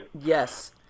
yes